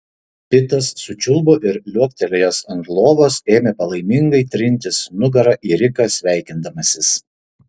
pitas sučiulbo ir liuoktelėjęs ant lovos ėmė palaimingai trintis nugara į riką sveikindamasis